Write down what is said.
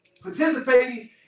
participating